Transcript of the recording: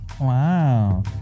Wow